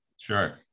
Sure